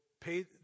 pay